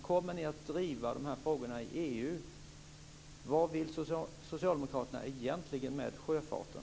Kommer ni att driva frågorna i EU? Vad vill Socialdemokraterna egentligen med sjöfarten?